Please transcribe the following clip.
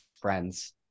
friends